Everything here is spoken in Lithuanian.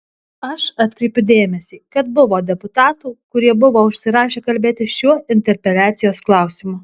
aš atkreipiu dėmesį kad buvo deputatų kurie buvo užsirašę kalbėti šiuo interpeliacijos klausimu